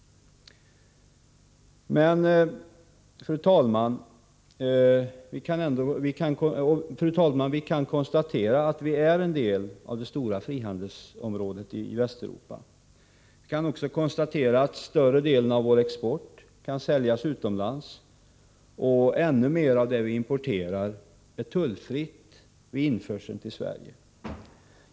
Fru talman! Vi kan konstatera att Sverige är en del av det stora frihandelsområdet i Västeuropa. Vi kan också konstatera att vi kan sälja våra produkter utomlands och att större delen av det vi importerar är tullfritt vid införseln till Sverige.